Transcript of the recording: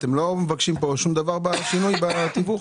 אתם לא מבקשים שום דבר לגבי שינוי בתיווך?